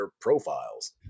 profiles